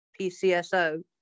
PCSO